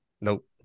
Nope